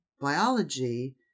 biology